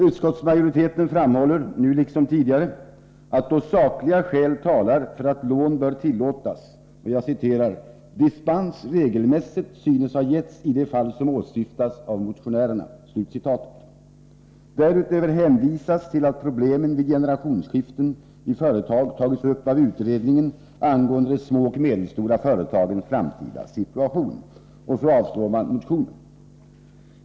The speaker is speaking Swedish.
Utskottsmajoriteten framhåller, nu liksom tidigare, att då sakliga skäl talar för att lån bör tillåtas ”dispens regelmässigt synes ha getts i de fall som åsyftades av motionärerna”. Därutöver hänvisas till att problemen vid generationsskiften i företag tagits upp av utredningen angående de små och medelstora företagens framtida situation, och så avstyrker man motionen.